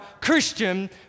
Christian